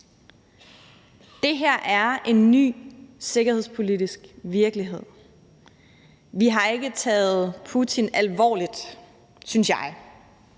Det her er en ny sikkerhedspolitisk virkelighed. Vi har ikke taget Putin alvorligt, synes jeg.